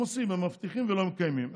הם עושים, הם מבטיחים ולא מקיימים.